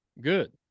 Good